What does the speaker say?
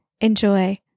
enjoy